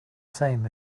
same